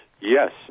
yes